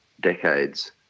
decades